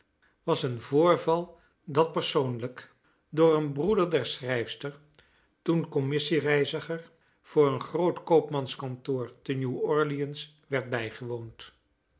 was een voorval dat persoonlijk door een broeder der schrijfster toen commissie reiziger voor een groot koopmanskantoor te nieuw orleans werd bijgewoond